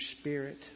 Spirit